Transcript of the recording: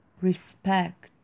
respect